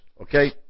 okay